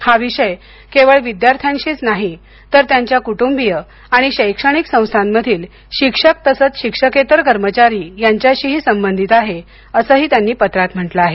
हा विषय केवळ विद्यार्थ्यांशीच नाही तर त्यांच्या कुटुंबीय आणि शैक्षणिक संस्थांमधील शिक्षक तसंच शिक्षकेतर कर्मचारी यांच्याशीही संबंधित आहे असंही त्यांनी पत्रात म्हंटलं आहे